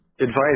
Advice